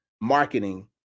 marketing